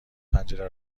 پنجره